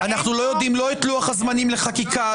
אנו לא יודעים מה לוח הזמנים לחקיקה,